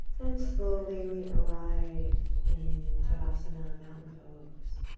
and slowly, we arrive in tadasana mountain pose.